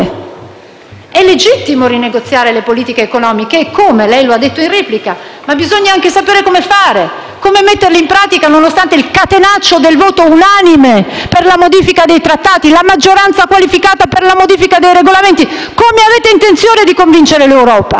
È legittimo rinegoziare le politiche economiche, eccome, lei lo ha detto in replica, ma bisogna anche sapere come fare, come metterle in pratica nonostante il catenaccio del voto unanime per la modifica dei trattati, la maggioranza qualificata per la modifica dei regolamenti. Come avete intenzione di convincere l'Europa?